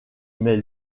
mais